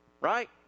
right